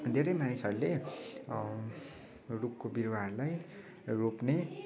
धेरै मानिसहरूले रुखको बिरुवाहरूलाई रोप्ने